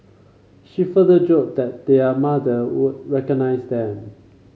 she further joked that their mother would recognise them